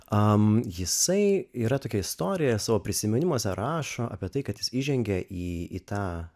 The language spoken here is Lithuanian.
jisai yra tokia istorija savo prisiminimuose rašo apie tai kad jis įžengė į tą